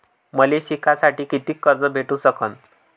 मले शिकासाठी कितीक कर्ज भेटू सकन?